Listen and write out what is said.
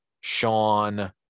Sean